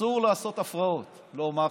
אסור לעשות הפרעות, לא מח"ש,